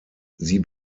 sie